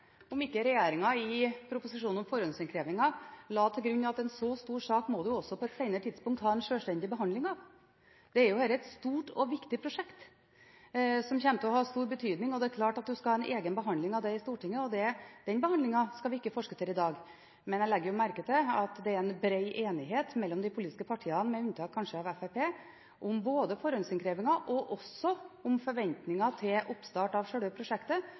om ikke regjeringen i proposisjonen om forhåndsinnkreving la til grunn at en så stor sak må man også på et senere tidspunkt ha en selvstendig behandling av. Dette er jo et stort og viktig prosjekt, som kommer til å ha stor betydning, og det er klart at man skal ha en egen behandling av det i Stortinget. Den behandlingen skal vi ikke forskuttere i dag. Men jeg legger jo merke til at det er en bred enighet mellom de politiske partiene, med unntak kanskje av Fremskrittspartiet, om både forhåndsinnkrevingen og også om forventninger til oppstart av selve prosjektet.